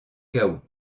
chaos